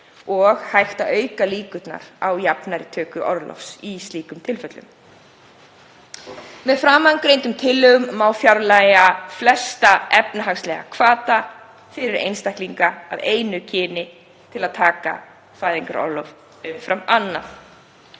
og hægt að auka líkurnar á jafnari töku orlofs í slíkum tilfellum. Með framangreindum tillögum má fjarlægja flesta efnahagslega hvata fyrir einstaklinga af einu kyni til að taka fæðingarorlof umfram annað,